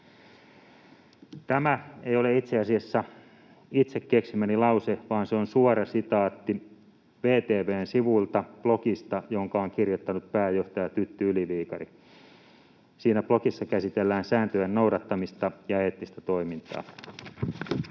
Tämä ei ole itse asiassa itse keksimäni lause, vaan se on suora sitaatti VTV:n sivuilta blogista, jonka on kirjoittanut pääjohtaja Tytti Yli-Viikari. Siinä blogissa käsitellään sääntöjen noudattamista ja eettistä toimintaa.